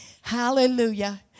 Hallelujah